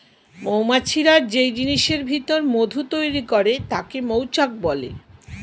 মৌমাছিরা যেই জিনিসের ভিতর মধু তৈরি করে তাকে মৌচাক বলে